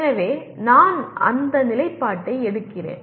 எனவே நான் அந்த நிலைப்பாட்டை எடுக்கிறேன்